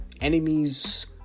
enemies